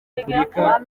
repubulika